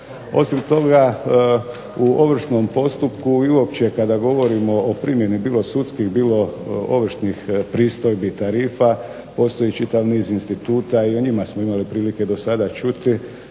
Osim toga u ovršnom postupku i uopće kada govorimo o primjeni bilo sudskih, bilo ovršnih pristojbi i tarifa postoji čitav niz instituta i o njima smo imali prilike do sada čuti